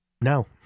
No